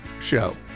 show